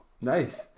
nice